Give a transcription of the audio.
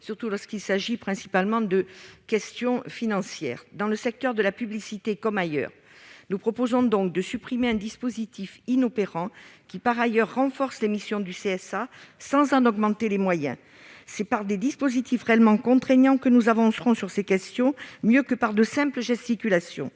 surtout lorsqu'il s'agit principalement de questions financières, dans le secteur de la publicité comme ailleurs. Nous proposons donc de supprimer un dispositif inopérant, qui renforce les missions du Conseil supérieur de l'audiovisuel (CSA) sans augmenter pour autant ses moyens. C'est par des dispositifs réellement contraignants que nous avancerons sur ces questions, plutôt que par de simples gesticulations.